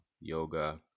yoga